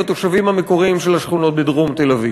התושבים המקוריים של השכונות בדרום תל-אביב.